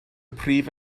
prif